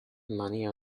many